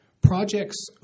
Projects